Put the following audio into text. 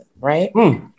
right